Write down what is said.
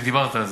ודיברת על זה,